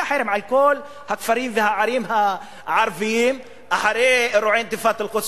היה חרם על כל הכפרים והערים הערביים אחרי אירועי אינתיפאדת אל-קודס,